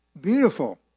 Beautiful